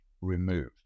removed